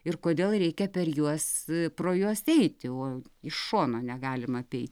ir kodėl reikia per juos pro juos eiti o iš šono negalima apeiti